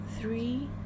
three